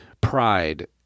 pride